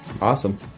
awesome